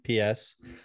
PS